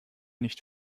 nicht